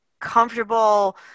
comfortable